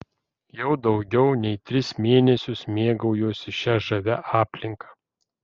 jau daugiau nei tris mėnesius mėgaujuosi šia žavia aplinka